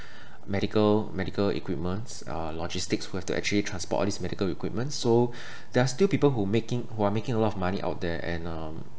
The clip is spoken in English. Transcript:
medical medical equipments uh logistics who have to actually transport these medical equipment so there are still people who making who are making a lot of money out there and um